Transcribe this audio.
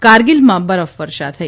કારગીલમાં બરફવર્ષા થઇ